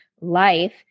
life